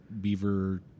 Beaver